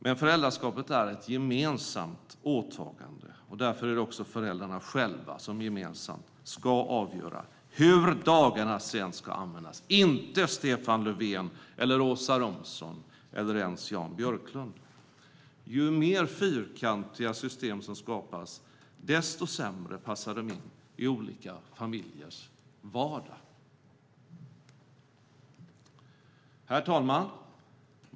Men föräldraskapet är ett gemensamt åtagande, och därför är det också föräldrarna själva som gemensamt ska få avgöra hur dagarna sedan ska användas, inte Stefan Löfven, Åsa Romson eller ens Jan Björklund. Ju mer fyrkantiga system som skapas, desto sämre passar de in i olika familjers vardag. Herr talman!